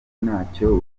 ntacyo